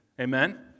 Amen